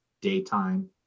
daytime